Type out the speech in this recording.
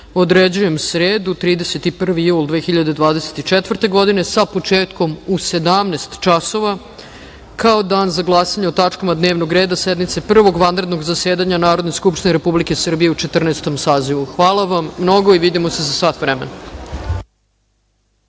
određujem sredu, 31. jul 2024. godine, sa početkom u 17.00 časova, kao Dan za glasanje o tačkama dnevnog reda sednice Prvog vanrednog zasedanja Narodne skupštine Republike Srbije u Četrnaestom sazivu. Hvala vam mnogo. Vidimo se za sat vremena.(Posle